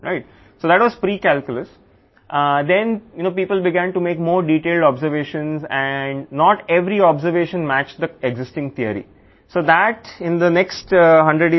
కాబట్టి దానికి ముందు మీకు క్యాల్కులస్ గురించి తెలుసు మీరు మరింత వివరణాత్మక పరిశీలనలు చేయడం ప్రారంభించారు మరియు ప్రతి పరిశీలన ఇప్పటికే ఉన్న సిద్ధాంతంతో సరిపోలడం లేదు